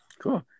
Cool